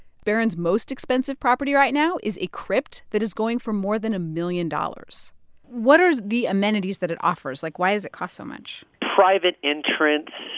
baron's most expensive property right now is a crypt that is going for more than a million dollars what are the amenities that it offers? like, why does it cost so much? private entrance,